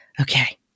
okay